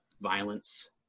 violence